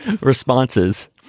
responses